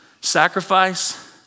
Sacrifice